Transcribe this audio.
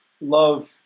love